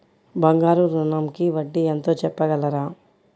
బంగారు ఋణంకి వడ్డీ ఎంతో చెప్పగలరా?